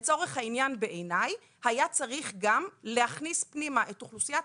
לצורך העניין בעיניי היה צריך גם להכניס את אוכלוסיית